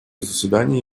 заседание